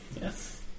Yes